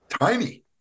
tiny